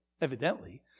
evidently